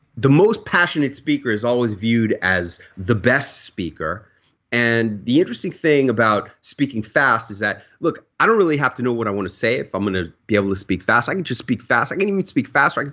the most passionate speaker is always viewed as the best speaker and the interesting thing about speaking fast is that look, i don't really have to know what i want to say if i'm going to be able to speak fast. i can just speak fast, i can even speak fast.